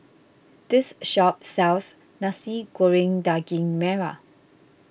this shop sells Nasi Goreng Daging Merah